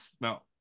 No